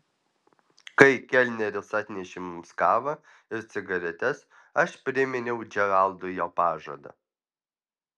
kai kelneris atnešė mums kavą ir cigaretes aš priminiau džeraldui jo pažadą